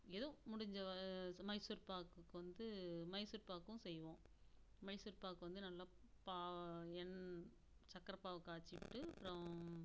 ஏதோ முடிஞ்ச மைசூர்பாக்குக்கு வந்து மைசூர்பாக்கும் செய்வோம் மைசூர்பாக்கு வந்து நல்லா என் சக்கரை பாகு காய்ச்சி விட்டு அப்பறம்